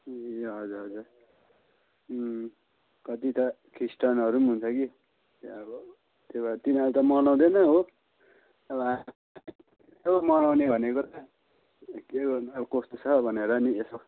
ए हजुर हजुर कति त क्रिस्तानहरू पनि हुन्छ कि त्यो अब त्यो भएर तिनीहरूले त मनाउँदैन हो अब मनाउने भनेको के गर्नु कस्तो छ भनेर नि यसो